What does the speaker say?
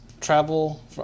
Travel